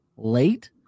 late